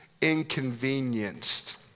inconvenienced